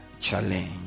challenge